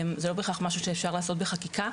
זה לא בהכרח משהו שאפשר לעשות בחקיקה,